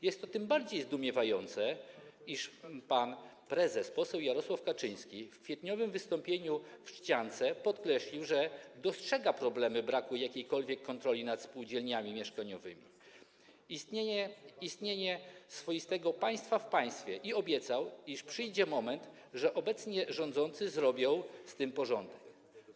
Jest to tym bardziej zdumiewające, iż pan prezes, poseł Jarosław Kaczyński w kwietniowym wystąpieniu w Trzciance podkreślił, że dostrzega problemy braku jakiejkolwiek kontroli nad spółdzielniami mieszkaniowymi, istnienie swoistego państwa w państwie, i obiecał, iż przyjdzie moment, że obecnie rządzący zrobią z tym porządek.